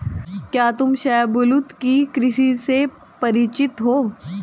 क्या तुम शाहबलूत की कृषि से परिचित हो?